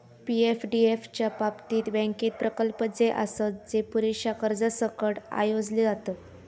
पी.एफडीएफ च्या बाबतीत, बँकेत प्रकल्प जे आसत, जे पुरेशा कर्जासकट आयोजले जातत